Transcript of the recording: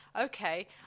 okay